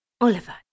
Oliver